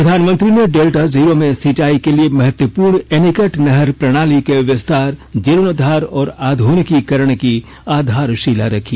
प्रधानमंत्री ने डेल्टा जिलों में सिंचाई के लिए महत्वपूर्ण एनीकट नहर प्रणाली के विस्तार जीर्णोद्वार और आधुनिकीकरण की आधारशिला रखी